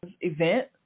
event